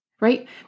Right